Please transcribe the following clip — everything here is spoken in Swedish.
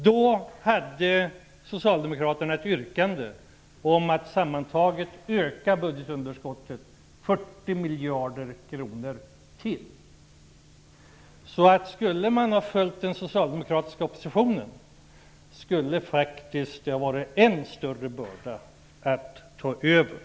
Då hade socialdemokraterna ett yrkande om att budgetunderskottet sammantaget skulle ökas med ytterligare 40 miljarder kronor. Skulle man ha följt den socialdemokratiska oppositionen hade det varit en än större börda att ta över.